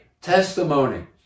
Testimony